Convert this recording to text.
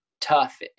tough